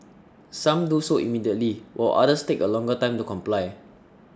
some do so immediately while others take a longer time to comply